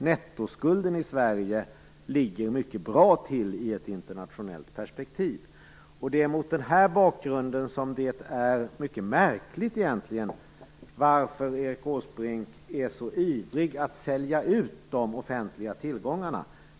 Nettoskulden i Sverige ligger mycket bra till i ett internationellt perspektiv. Mot den bakgrunden är det egentligen mycket märkligt att Erik Åsbrink är så ivrig att sälja ut de offentliga tillgångarna.